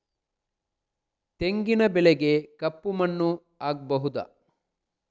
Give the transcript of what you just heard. ತೆಂಗಿನ ಬೆಳೆಗೆ ಕಪ್ಪು ಮಣ್ಣು ಆಗ್ಬಹುದಾ?